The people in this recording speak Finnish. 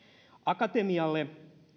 akatemialle